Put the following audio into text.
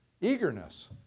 eagerness